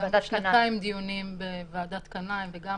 גם שנתיים דיונים בוועדת קנאי וגם